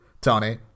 Tony